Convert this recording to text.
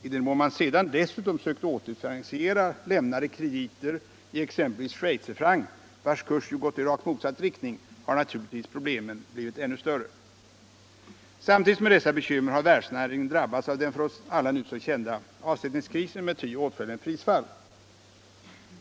I den mån man sedan dessutom sökt återfinansiera lämnade krediter i exempelvis schweizerfranc, vars kurs ju gått i rakt motsatt riktning, har naturligtvis problemen blivit ännu större. Samtidigt med dessa bekymmer har varvsnäringen drabbats av den för oss alla nu kända avskrivningskrisen med ty åtföljande prisfall.